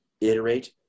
iterate